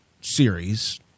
series